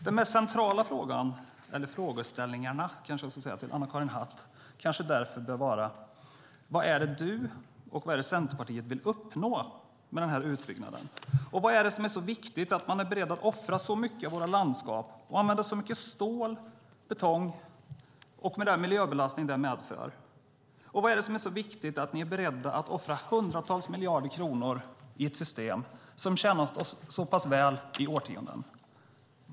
De mest centrala frågorna till Anna-Karin Hatt bör därför kanske vara: Vad är de du och Centerpartiet vill uppnå med den här utbyggnaden? Vad är det som är så viktigt att ni är beredda att offra så mycket av våra landskap och använda så mycket stål och betong med den miljöbelastning det medför? Vad är det som är så viktigt att ni är beredda att offra hundratals miljarder kronor i ett system som har tjänat oss så väl i årtionden?